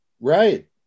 Right